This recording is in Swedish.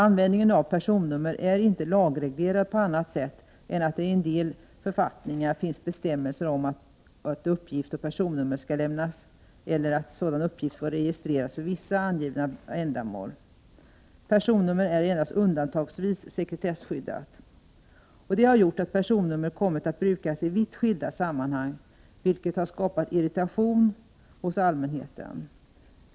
Användningen av personnummer är inte lagreglerad på annat sätt än att det i en del författningar finns bestämmelser om att uppgift om personnummer skall lämnas eller att sådan uppgift får registreras för vissa angivna ändamål. Personnumret är endast undantagsvis sekretesskyddat. Det har gjort att personnumret kommit att brukas i vitt skilda sammanhang, vilket har skapat irritation hos allmänheten.